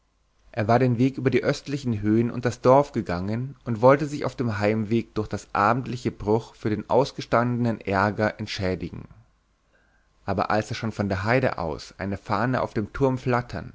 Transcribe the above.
er war den weg über die östlichen höhen und das dorf gegangen und wollte sich auf dem heimweg durch das abendliche bruch für den ausgestandenen ärger entschädigen aber als er schon von der heide aus eine fahne auf dem turm flattern